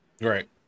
Right